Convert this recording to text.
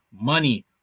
money